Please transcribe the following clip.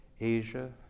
Asia